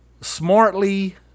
smartly